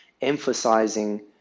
emphasizing